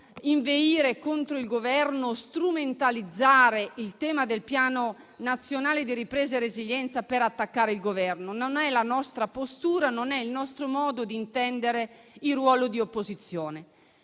inveire contro il Governo e strumentalizzare il tema del Piano nazionale di ripresa e resilienza per attaccare il Governo. Non è la nostra postura, non è il nostro modo di intendere il ruolo di opposizione.